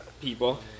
people